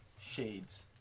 Shades